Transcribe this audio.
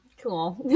cool